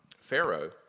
Pharaoh